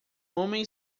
homem